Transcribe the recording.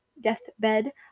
deathbed